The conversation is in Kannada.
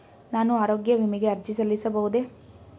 ನಾನು ಆರೋಗ್ಯ ವಿಮೆಗೆ ಅರ್ಜಿ ಸಲ್ಲಿಸಬಹುದೇ?